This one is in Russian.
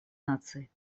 наций